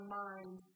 mind